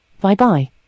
Bye-bye